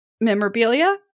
memorabilia